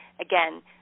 again